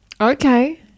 Okay